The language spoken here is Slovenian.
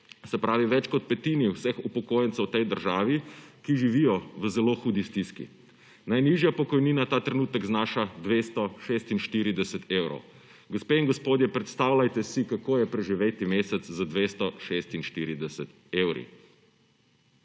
se pravi več kot petini vseh upokojencev v tej državi, ki živijo v zelo hudi stiski. Najnižja pokojnina ta trenutek znaša 246 evrov. Gospe in gospodje, predstavljajte si, kako je preživeti mesec z 246 evri.